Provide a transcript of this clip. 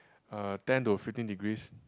uh ten to fifteen degrees